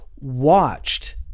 watched